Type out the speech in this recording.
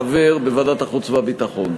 חבר בוועדת החוץ והביטחון.